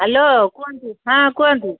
hello କୁହନ୍ତୁ ହଁ କୁହନ୍ତୁ